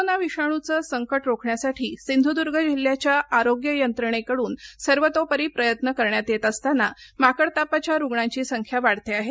corona विषाणूचं संकट रोखण्यासाठी सिंधुदुर्ग जिल्ह्याच्या आरोग्य यंत्रणेकडून सर्वतोपरी प्रयत्न करण्यात येत असताना माकडतापाच्या रुग्णांची संख्या वाढते आहे